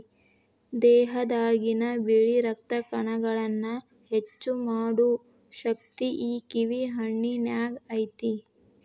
ದೇಹದಾಗಿನ ಬಿಳಿ ರಕ್ತ ಕಣಗಳನ್ನಾ ಹೆಚ್ಚು ಮಾಡು ಶಕ್ತಿ ಈ ಕಿವಿ ಹಣ್ಣಿನ್ಯಾಗ ಐತಿ